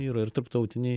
yra ir tarptautinėj